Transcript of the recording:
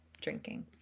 drinking